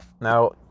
Now